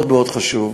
מאוד מאוד חשוב,